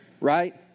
right